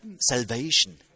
salvation